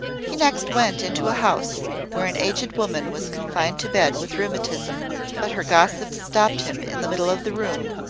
he next went into a house where an aged woman was confined to bed with rheumatism but her gossips stopped him in the middle of the room,